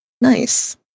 Nice